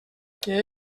que